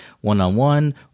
one-on-one